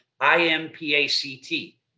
I-M-P-A-C-T